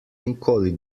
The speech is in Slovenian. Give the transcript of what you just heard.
nikoli